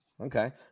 Okay